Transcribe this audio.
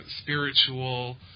spiritual